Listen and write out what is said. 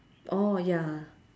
orh ya